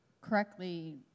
correctly